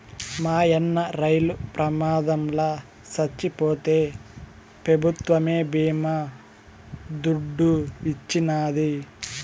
మాయన్న రైలు ప్రమాదంల చచ్చిపోతే పెభుత్వమే బీమా దుడ్డు ఇచ్చినాది